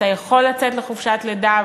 אתה יכול לצאת לחופשת לידה,